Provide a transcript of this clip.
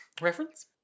Reference